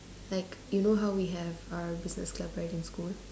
like you know how we have our business club right in school